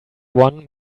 one